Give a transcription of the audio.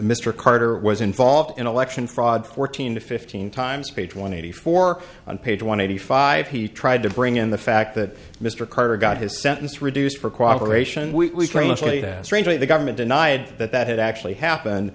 mr carter was involved in election fraud fourteen to fifteen times page one eighty four on page one eighty five he tried to bring in the fact that mr carter got his sentence reduced for cooperation we prematurely strangely the government denied that that had actually happened